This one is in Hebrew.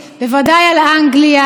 בוודאי על אנגליה,